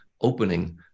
opening